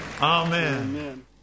Amen